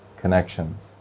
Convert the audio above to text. connections